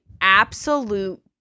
absolute